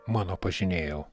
mano pažinėjau